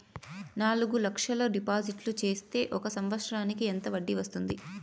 నాలుగు లక్షల డిపాజిట్లు సేస్తే ఒక సంవత్సరానికి ఎంత వడ్డీ వస్తుంది?